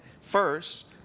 first